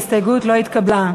ההסתייגות לא התקבלה.